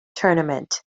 tournament